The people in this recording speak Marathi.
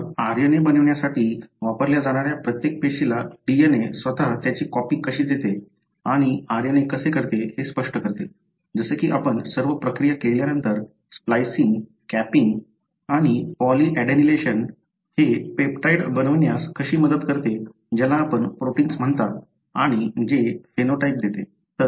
तर RNA बनवण्यासाठी वापरल्या जाणाऱ्या प्रत्येक पेशीला DNA स्वतः त्याची कॉपी कशी देते आणि RNA कसे करते हे स्पष्ट करते जसे की आपण सर्व प्रक्रिया केल्यानंतर स्प्लायसिंग कॅपिंग आणि पॉलीएडेनिलेशन हे पेप्टाइड बनवण्यास कशी मदत करते ज्याला आपण प्रोटिन्स म्हणता आणि जे फिनोटाइप देते